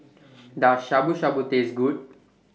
Does Shabu Shabu Taste Good